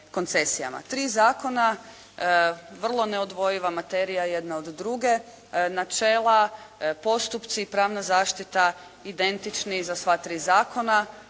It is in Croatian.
Tri zakona vrlo neodvojiva materija jedna od druge. Načela, postupci i pravna zaštita identični za sva tri zakona.